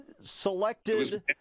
selected